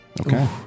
Okay